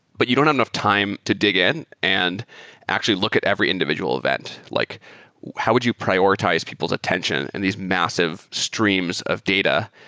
but you don't have enough time to dig in and actually look at every individual event. like how would you prioritize people to tension in these massive streams of data?